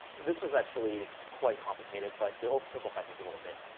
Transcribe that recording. this is actually quite complicated. but to oversimplify things a little bit,